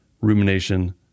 rumination